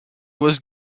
was